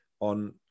on